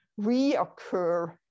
reoccur